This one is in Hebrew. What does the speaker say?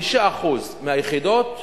5% מהיחידות,